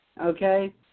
Okay